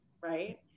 right